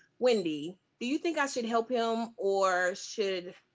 wendy, do you think i should help him? or should,